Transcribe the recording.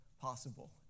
possible